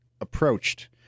approached